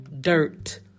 dirt